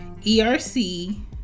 ERC